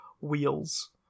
wheels